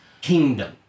kingdom